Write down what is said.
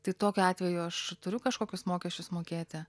tai tokiu atveju aš turiu kažkokius mokesčius mokėti